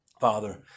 Father